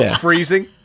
freezing